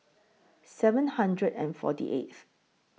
seven hundred and forty eighth